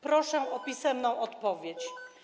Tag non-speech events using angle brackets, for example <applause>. Proszę o pisemną <noise> odpowiedź.